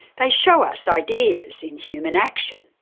they show us ideas in human action.